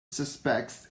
suspects